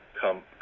come